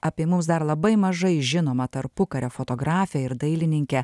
apie mums dar labai mažai žinomą tarpukario fotografija ir dailininkę